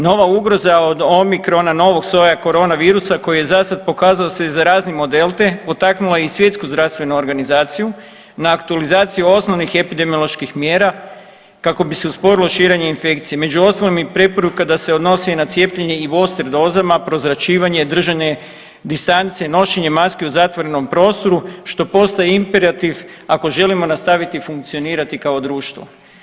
Nova ugroza od omikrona novog soja koronavirusa koji je za sad pokazao se … [[Govornik se ne razumije]] delte, potaknula je i Svjetsku zdravstvenu organizaciju na aktualizaciju osnovnih epidemioloških mjera kako bi se usporilo širenje infekcije, među ostalim i preporuka da se odnosi i na cijepljenje i booster dozama, prozračivanje i držanje distance, nošenje maske u zatvorenom prostoru, što postaje imperativ ako želimo nastaviti funkcionirati kao društvo.